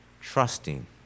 trusting